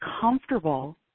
comfortable